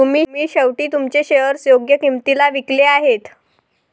तुम्ही शेवटी तुमचे शेअर्स योग्य किंमतीला विकले आहेत